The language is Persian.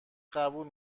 قبول